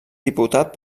diputat